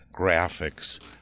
graphics